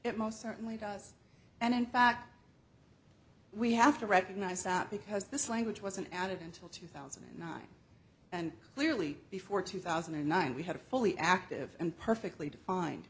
it most certainly does and in fact we have to recognize that because this language wasn't added until two thousand and nine and clearly before two thousand and nine we have a fully active imperfectly defined